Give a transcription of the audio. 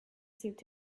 seemed